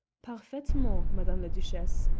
parfaitement, madame la duchesse,